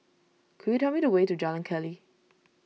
could you tell me the way to Jalan Keli